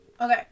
Okay